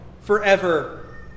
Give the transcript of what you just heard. forever